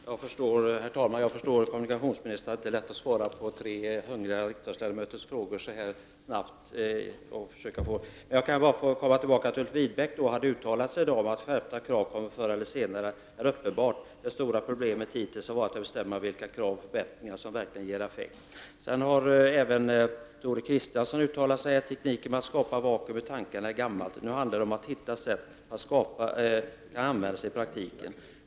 Herr talman! Jag förstår att det inte är lätt för kommunikationsministern att svara på tre ”hungriga” riksdagsledamöters frågor samtidigt. Jag vill återkomma till uttalandet av Ulf Widbäck om att en skärpning av kraven förr eller senare kommer att ske och att det stora problemet hittills har varit att bestämma vilka krav och förbättringar som verkligen ger effekt. Det har även gjorts uttalanden om att tekniken att skapa vakuum i tan karna är gammal och att det nu handlar om att finna metoder att använda den i praktiken.